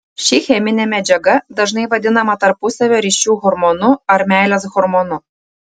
ši cheminė medžiaga dažnai vadinama tarpusavio ryšių hormonu ar meilės hormonu